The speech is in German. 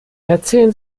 erzählen